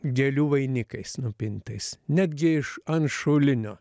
gėlių vainikais nupintais netgi iš ant šulinio